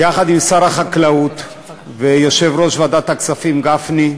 יחד עם שר החקלאות ויושב-ראש ועדת הכספים גפני,